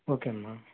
okay అమ్మ